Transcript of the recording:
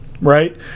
right